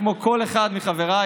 מיכאל ביטון מפציר בי להמשיך,